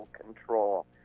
control